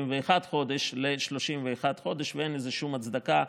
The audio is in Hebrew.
חודשים ל-31 חודשים ואין לזה שום הצדקה,